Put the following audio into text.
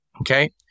Okay